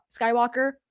Skywalker